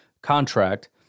contract